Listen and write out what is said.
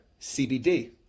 CBD